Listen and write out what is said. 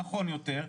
נכון יותר,